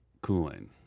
cooling